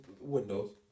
Windows